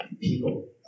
people